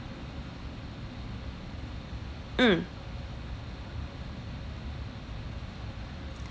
mm